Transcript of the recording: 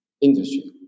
industry